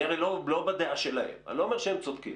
אני הרי לא בדעה שלהם, אני לא אומר שהם צודקים.